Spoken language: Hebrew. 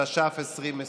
התש"ף 2020,